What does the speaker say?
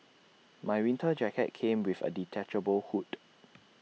my winter jacket came with A detachable hood